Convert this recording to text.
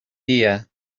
dia